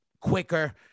quicker